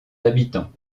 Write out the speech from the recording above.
habitants